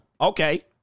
okay